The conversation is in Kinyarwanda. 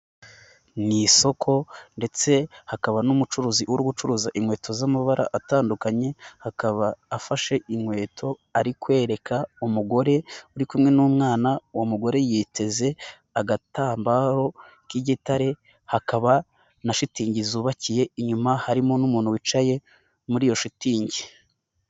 Ni isoko ndetse hakaba n'umucuruzi uri gucuruza inkweto z'amabara atandukanye, akaba afashe inkweto, arikwereka umugore uri kumwe n'umwana, uwo mugore yiteze agatambaro k'igitare, hakaba na shitingi zubakiye inyuma harimo n'umuntu wicaye muri iyo shitingi.